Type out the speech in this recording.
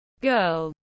girl